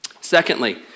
Secondly